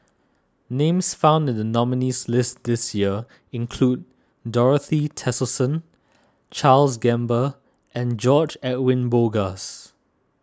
names found in the nominees' list this this year include Dorothy Tessensohn Charles Gamba and George Edwin Bogaars